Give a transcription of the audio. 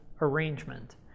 arrangement